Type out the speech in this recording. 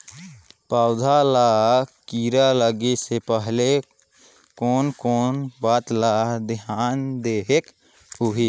पौध ला कीरा लगे से पहले कोन कोन बात ला धियान देहेक होही?